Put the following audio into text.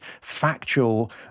factual